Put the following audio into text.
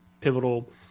pivotal